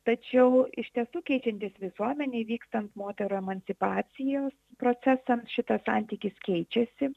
tačiau iš tiesų keičiantis visuomenei vykstant moterų emancipacijos procesams šitas santykis keičiasi